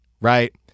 Right